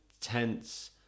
tense